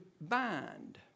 bind